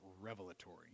revelatory